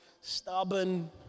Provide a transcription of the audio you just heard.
stubborn